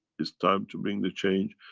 t's time to bring the change.